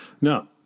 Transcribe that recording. Now